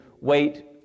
wait